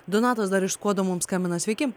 donatas dar iš skuodo mums skambina sveiki